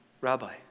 rabbi